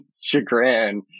chagrin